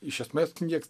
iš esmės niekas